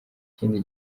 ikindi